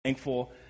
thankful